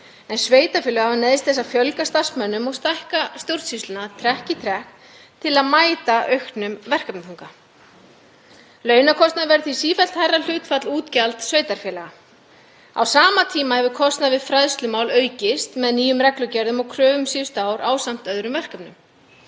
en sveitarfélög hafa neyðst til þess að fjölga starfsmönnum og stækka stjórnsýsluna trekk í trekk til að mæta auknum verkefnaþunga. Launakostnaður verður því sífellt hærra hlutfall útgjalda sveitarfélaga. Á sama tíma hefur kostnaður við fræðslumál aukist með nýjum reglugerðum og kröfum síðustu ár ásamt öðrum verkefnum.